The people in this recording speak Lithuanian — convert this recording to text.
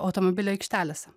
automobilių aikštelėse